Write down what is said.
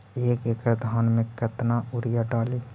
एक एकड़ धान मे कतना यूरिया डाली?